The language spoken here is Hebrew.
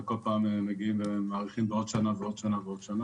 כל פעם מגיעים ומאריכים בעוד שנה ועוד שנה.